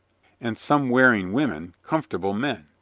and some wearing women comfortable men.